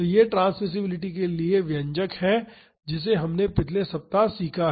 तो यह ट्रांसमिसिबिलिटी के लिए व्यंजक है जिसे हमने पिछले सप्ताह सीखा है